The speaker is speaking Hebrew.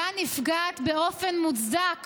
שבה נפגעת באופן מוצדק